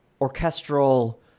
orchestral